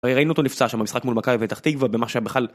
הרי ראינו אותו נפצע שם במשחק מול מכבי פתח תקווה והם עכשיו בכלל